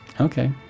Okay